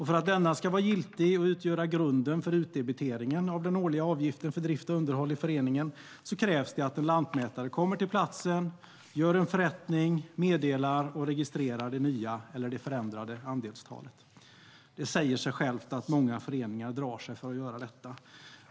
För att denna ska var giltig och utgöra grunden för utdebitering av den årliga avgiften för drift och underhåll i föreningen, krävs det att en lantmätare kommer till platsen, gör en förrättning, meddelar och registrerar det nya eller förändrade andelstalet. Det säger sig självt att många föreningar drar sig för att göra detta.